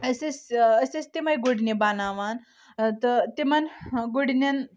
أسۍ ٲسۍ أسۍ ٲسۍ تمے گوٚڈنہٕ بناوان تہٕ تِمن گوٚڈنٮ۪ن